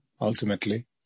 ultimately